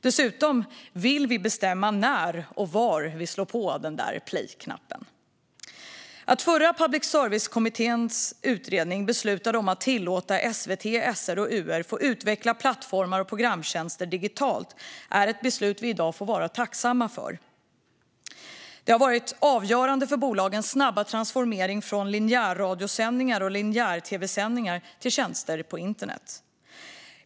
Dessutom vi vill bestämma när och var vi trycker på play-knappen. Att förra public service-kommittén beslutade att tillåta SVT, SR och UR få utveckla plattformar och programtjänster digitalt får vi i dag vara tacksamma för. Det har varit avgörande för bolagens snabba transformering från linjär radio och tv till tjänster på internet.